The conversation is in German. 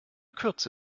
kürze